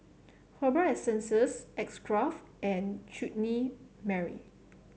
Herbal Essences X Craft and Chutney Mary